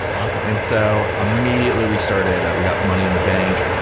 awesome. and so immediately we started, we got money in the bank,